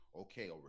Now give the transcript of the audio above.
okay